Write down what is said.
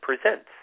Presents